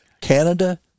canada